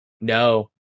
No